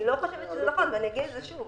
אני לא חושבת שזה נכון, ואני אגיד את זה שוב.